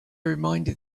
reminded